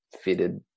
fitted